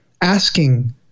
asking